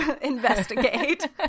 investigate